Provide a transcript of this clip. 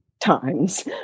times